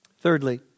Thirdly